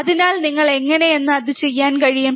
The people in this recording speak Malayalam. അതിനാൽ നിങ്ങൾ എങ്ങനെയെന്ന് അത് ചെയ്യാൻ കഴിയും